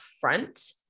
front